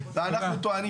ואנחנו טוענים,